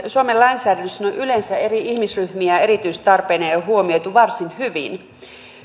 suomen lainsäädännössä yleensä eri ihmisryhmiä erityistarpeineen on huomioitu varsin hyvin